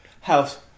House